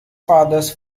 fathers